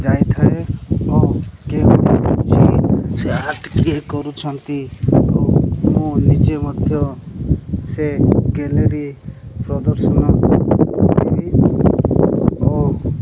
ଯାଇଥାଏ ଓ କିଏ ସେ ଆର୍ଟ କିଏ କରୁଛନ୍ତି ଓ ମୁଁ ନିଜେ ମଧ୍ୟ ସେ ଗ୍ୟାଲେରୀ ପ୍ରଦର୍ଶନ କରିବି ଓ